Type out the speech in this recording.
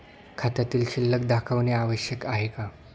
खात्यातील शिल्लक दाखवणे आवश्यक आहे का?